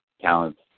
talents